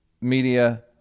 Media